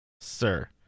Sir